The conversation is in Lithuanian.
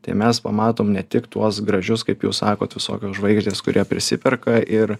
tai mes pamatom ne tik tuos gražius kaip jūs sakot visokios žvaigždės kurie prisiperka ir